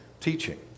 teaching